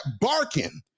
barking